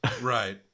Right